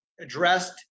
addressed